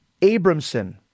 Abramson